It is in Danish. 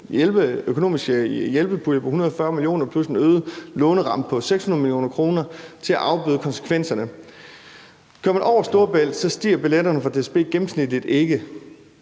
økonomiske hjælpepuljer på 140 mio. kr. plus en øget låneramme på 600 mio. kr. til at afbøde konsekvenserne. Kører man over Storebælt, stiger billetterne fra DSB gennemsnitligt ikke.